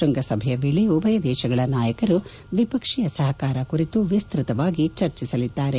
ಶ್ವಂಗಸಭೆಯ ವೇಳೆ ಉಭಯ ದೇಶಗಳ ನಾಯಕರು ದ್ವಿಪಕ್ಷೀಯ ಸಹಕಾರ ಕುರಿತು ವಿಸ್ತ್ವತವಾಗಿ ಚರ್ಚಿಸಲಿದ್ದಾರೆ